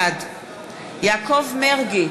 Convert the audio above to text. בעד יעקב מרגי,